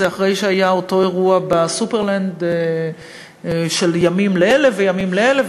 אחרי אותו אירוע ב"סופרלנד" של ימים לאלה וימים לאלה,